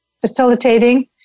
facilitating